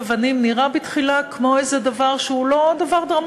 אבנים נראה בתחילה כמו איזה דבר לא דרמטי,